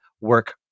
work